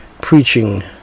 Preaching